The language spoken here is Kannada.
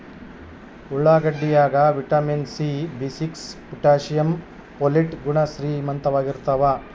ಉಳ್ಳಾಗಡ್ಡಿ ಯಾಗ ವಿಟಮಿನ್ ಸಿ ಬಿಸಿಕ್ಸ್ ಪೊಟಾಶಿಯಂ ಪೊಲಿಟ್ ಗುಣ ಶ್ರೀಮಂತವಾಗಿರ್ತಾವ